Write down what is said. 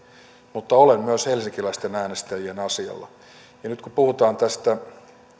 mutta olen myös helsinkiläisten äänestäjien asialla ja nyt kun puhutaan tästä